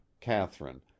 Catherine